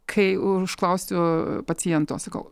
kai užklausiu paciento sakau